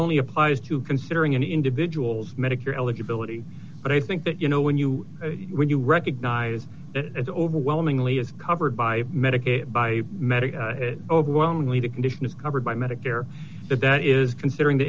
only applies to considering an individual's medicare eligibility but i think that you know when you when you recognize it overwhelmingly is covered by medicare by medical overwhelmingly the condition is covered by medicare that is considering the